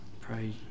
Pray